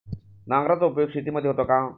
नांगराचा उपयोग शेतीमध्ये होतो का?